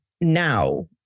now